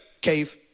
cave